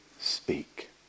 speak